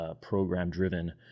program-driven